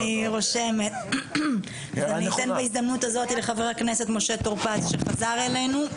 אני אתן בהזדמנות הזאת לחבר הכנסת משה טור פז שחזר אלינו.